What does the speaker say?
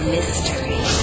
Mystery